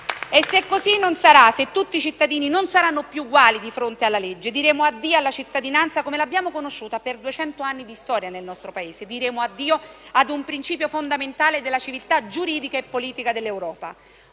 Se così non sarà, se tutti i cittadini non saranno più uguali di fronte alla legge, diremo addio alla cittadinanza per come l'abbiamo conosciuta in duecento anni di storia nel nostro Paese e diremo addio ad un principio fondamentale della civiltà giuridica e politica dell'Europa.